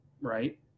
right